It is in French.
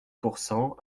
pourcent